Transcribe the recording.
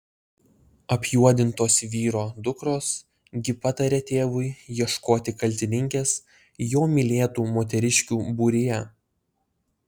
apjuodintos vyro dukros gi pataria tėvui ieškoti kaltininkės jo mylėtų moteriškių būryje